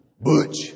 Butch